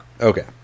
Okay